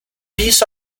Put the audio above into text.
piece